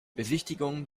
besichtigung